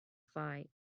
fight